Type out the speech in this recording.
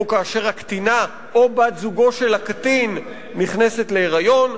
או כאשר הקטינה או בת-זוגו של הקטין נכנסת להיריון,